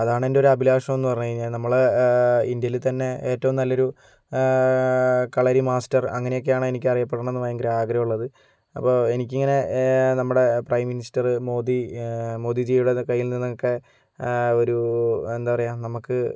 അതാണെൻ്റെ ഒരഭിലാഷമെന്ന് പറഞ്ഞ് കഴിഞ്ഞാൽ നമ്മള് ഇന്ത്യയില് തന്നെ ഏറ്റവും നല്ലൊരു കളരി മാസ്റ്റർ അങ്ങനൊക്കെയാണ് എനിക്ക് അറിയപ്പെടണന്ന് ഭയങ്കരാഗ്രഹള്ളത് അപ്പോൾ എനിക്കിങ്ങനെ നമ്മുടെ പ്രൈം മിനിസ്റ്റർ മോദി മോദിജിയുടെ കയ്യിൽ നിന്നൊക്കെ ഒരു എന്താ പറയുക നമുക്ക്